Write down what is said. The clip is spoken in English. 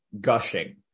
gushing